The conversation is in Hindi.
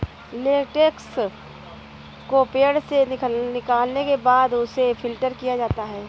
लेटेक्स को पेड़ से निकालने के बाद उसे फ़िल्टर किया जाता है